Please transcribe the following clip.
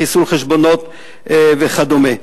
חיסול חשבונות וכדומה.